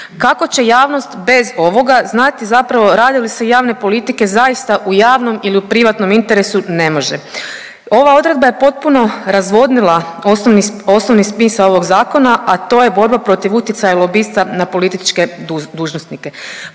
Kako će javnost bez ovoga znati zapravo rade li se javne politike zaista u javnom ili u privatnom interesu, ne može. Ova odredba je potpuno razvodnila osnovni smisao ovog zakona, a to je borba protiv utjecaja lobista na političke dužnosnike.